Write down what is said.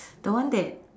the one that